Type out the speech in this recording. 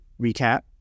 recap